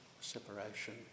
separation